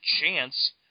chance